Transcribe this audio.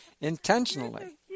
intentionally